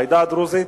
העדה הדרוזית,